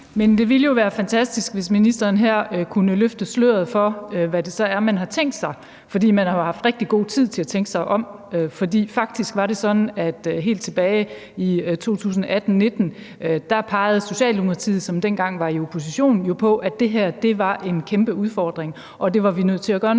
det ville jo være fantastisk, hvis ministeren her kunne løfte sløret for, hvad det så er, man har tænkt sig. For man har jo haft rigtig god tid til at tænke sig om. For faktisk var det sådan, at helt tilbage i 2018-19 pegede Socialdemokratiet, som dengang var i opposition, jo på, at det her var en kæmpe udfordring, og at vi var nødt til at gøre